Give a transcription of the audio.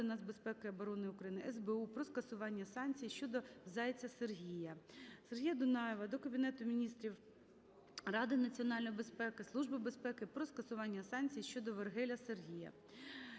нацбезпеки і оборони України, СБУ про скасування санкцій щодо Зайця Сергія. Сергія Дунаєва до Кабінету Міністрів, Ради національної безпеки, Служби безпеки про скасування санкцій щодо Вергеля Сергія.